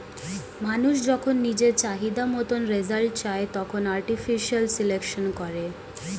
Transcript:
মানুষ যখন নিজের চাহিদা মতন রেজাল্ট চায়, তখন আর্টিফিশিয়াল সিলেকশন করে